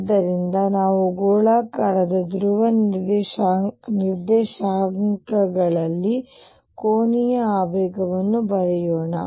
ಆದ್ದರಿಂದ ನಾವು ಗೋಳಾಕಾರದ ಧ್ರುವ ನಿರ್ದೇಶಾಂಕಗಳಲ್ಲಿ ಕೋನೀಯ ಆವೇಗವನ್ನು ಬರೆಯೋಣ